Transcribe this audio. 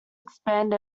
expand